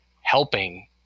helping